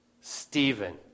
Stephen